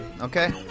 Okay